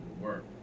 work